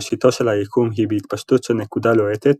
ראשיתו של היקום היא בהתפשטות של נקודה לוהטת,